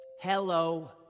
Hello